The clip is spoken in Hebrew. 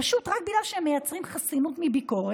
פשוט רק בגלל שהם מייצרים חסינות מביקורת,